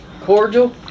cordial